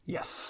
Yes